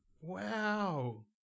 Wow